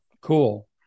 Cool